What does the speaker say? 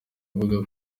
uvuga